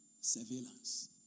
surveillance